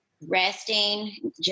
resting